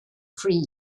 free